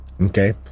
Okay